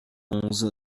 onze